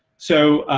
so